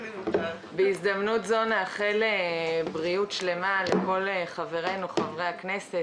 בהזדמנות זאת נאחל בריאות שלמה לכל חברינו חברי הכנסת,